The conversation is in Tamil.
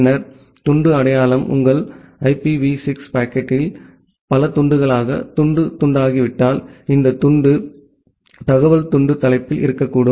பின்னர் துண்டு அடையாளம் உங்கள் ஐபிவி 6 பாக்கெட் பல துண்டுகளாக துண்டு துண்டாகிவிட்டால் இந்த துண்டு தகவல் துண்டு தலைப்பில் இருக்கக்கூடும்